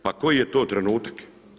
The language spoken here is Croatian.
Pa koji je to trenutak?